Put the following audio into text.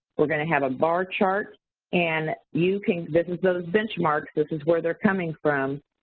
we're gonna have a bar chart and you can, this is those benchmarks, this is where they're coming from,